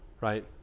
right